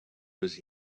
was